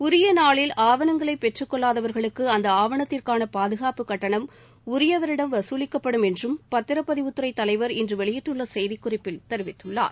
உரிய நாளில் ஆவணங்களை பெற்றுக்கொள்ளாதவர்களுக்கு அந்த ஆவணத்திற்கான பாதுகாப்பு கட்டணம் உரியவரிடம் வசூலிக்கப்படும் என்றும் பத்திரப்பதிவுத்துறை தலைவர் இன்று வெளியிட்டுள்ள செய்திக்குறிப்பில் தெரிவித்துள்ளார்